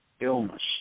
illness